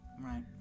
Right